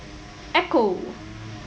Ecco